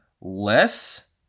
less